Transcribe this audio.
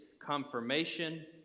confirmation